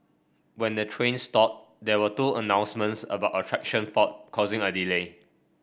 when the train stalled there were two announcements about a traction fault causing a delay